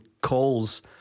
calls